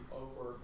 over